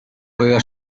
juega